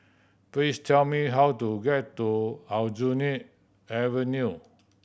please tell me how to get to Aljunied Avenue